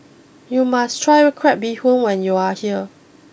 you must try Crab Bee Hoon when you are here